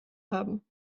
haben